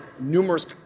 numerous